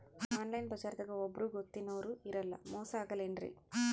Online ಬಜಾರದಾಗ ಒಬ್ಬರೂ ಗೊತ್ತಿನವ್ರು ಇರಲ್ಲ, ಮೋಸ ಅಗಲ್ಲೆನ್ರಿ?